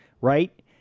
right